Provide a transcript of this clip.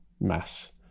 mass